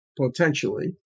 potentially